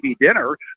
dinner